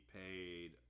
paid